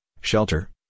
shelter